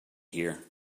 here